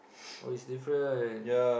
oh it's different